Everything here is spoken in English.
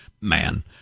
man